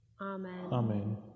Amen